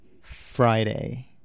Friday